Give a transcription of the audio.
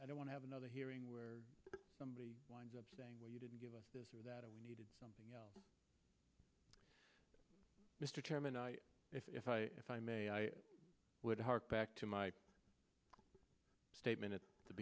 i don't want to have another hearing where somebody winds up saying well you didn't give us this or that we need to do something else mr chairman if i if i may i would heart back to my statement at the